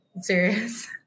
Serious